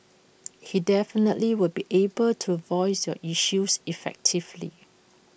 he definitely will be able to voice your issues effectively